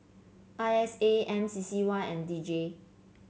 I S A M C C Y and D J